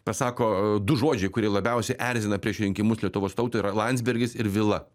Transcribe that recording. pasako du žodžiai kurie labiausiai erzina prieš rinkimus lietuvos tautą yra landsbergis ir vila